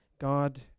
God